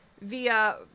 via